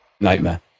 Nightmare